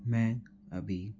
मैं अभी